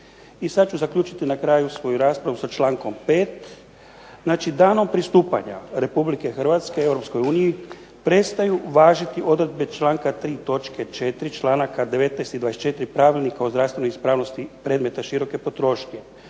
I sada ću zaključiti na kraju svoju raspravu sa člankom 5. znači danom pristupanja Republike Hrvatske Europskoj uniji prestaju važiti odredbe članka 3. točke 4. članaka 19. i 24. Pravilnika o zdravstvenoj ispravnosti predmeta široke potrošnje